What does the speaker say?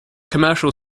commercial